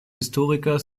historiker